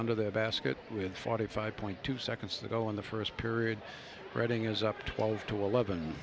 under the basket with forty five point two seconds to go in the first period reading is up twelve to eleven